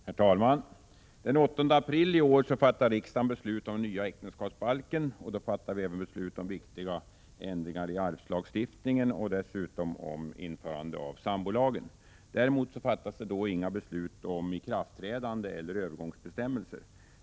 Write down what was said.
Herr talman! Den 8 april i år fattade riksdagen beslut om den nya äktenskapsbalken. Då fattade vi även beslut om viktiga ändringar i arvslagstiftningen och dessutom om införande av sambolagen. Däremot fattades då inga beslut om ikraftträdande eller övergångsbestämmelser.